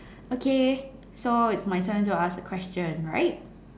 okay so it's my turn to ask a question right